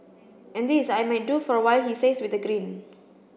and this I might do for a while he says with a grin